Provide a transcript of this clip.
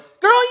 girl